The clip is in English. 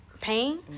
pain